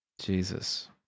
Jesus